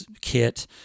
kit